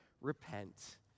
repent